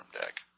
deck